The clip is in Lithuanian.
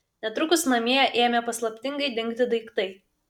netrukus namie ėmė paslaptingai dingti daiktai